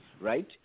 right